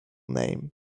name